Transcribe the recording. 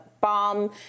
bomb